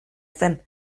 zen